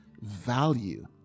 value